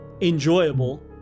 enjoyable